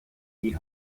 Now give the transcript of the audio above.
die